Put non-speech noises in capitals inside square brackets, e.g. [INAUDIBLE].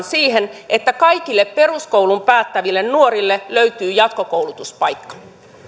[UNINTELLIGIBLE] siihen että kaikille peruskoulun päättäville nuorille löytyy jatkokoulutuspaikka